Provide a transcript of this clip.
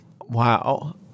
Wow